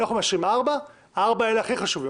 אנחנו מאשרים ארבע, הארבע האלה הכי חשובים.